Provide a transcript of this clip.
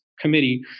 committee